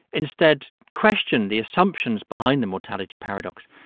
instead, question the assumptions behind the mortality paradox.